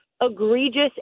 egregious